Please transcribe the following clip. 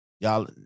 Y'all